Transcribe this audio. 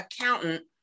accountant